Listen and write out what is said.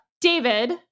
David